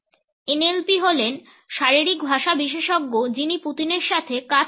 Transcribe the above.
NLP হলেন শারীরিক ভাষা বিশেষজ্ঞ যিনি পুতিনের সাথে কাজ করেছেন